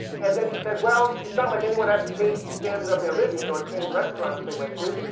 and then he said well, it's not like anyone had to change the standard of their living, or change restaurants they went to.